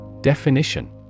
Definition